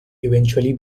eventually